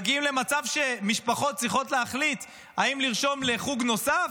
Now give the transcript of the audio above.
מגיעים למצב שמשפחות צריכות להחליט אם לרשום לחוג נוסף,